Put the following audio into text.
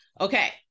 Okay